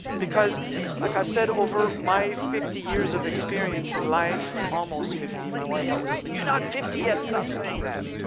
because like i said over my fifty years of experience in life, or almost fifty. my wife always tell me you're not fifty yet, stop saying that